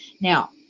Now